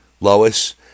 Lois